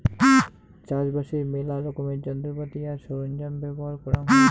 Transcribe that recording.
চাষবাসের মেলা রকমের যন্ত্রপাতি আর সরঞ্জাম ব্যবহার করাং হই